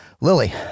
Lily